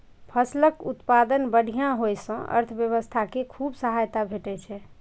फसलक उत्पादन बढ़िया होइ सं अर्थव्यवस्था कें खूब सहायता भेटै छै